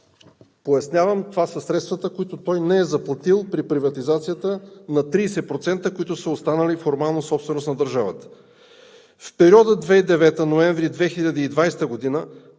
пояснявам – това са средствата, които той не е заплатил при приватизацията на 30%, които са останали формално собственост на държавата? В периода 2009 г. – ноември 2020 г.